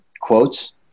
quotes